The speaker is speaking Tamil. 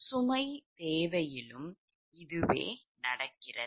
சுமை தேவையிலும் இதுவே நடக்கிறது